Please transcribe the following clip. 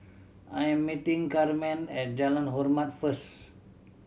I am meeting Carmen at Jalan Hormat first